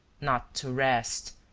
not to rest,